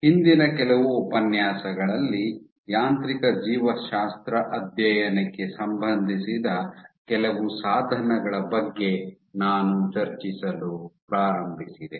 ಹಿಂದಿನ ಕೆಲವು ಉಪನ್ಯಾಸಗಳಲ್ಲಿ ಯಾಂತ್ರಿಕ ಜೀವಶಾಸ್ತ್ರ ಅಧ್ಯಯನಕ್ಕೆ ಸಂಬಂಧಿಸಿದ ಕೆಲವು ಸಾಧನಗಳ ಬಗ್ಗೆ ನಾನು ಚರ್ಚಿಸಲು ಪ್ರಾರಂಭಿಸಿದೆ